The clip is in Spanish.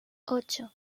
ocho